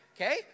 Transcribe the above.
okay